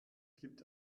gibt